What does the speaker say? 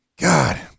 God